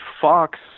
Fox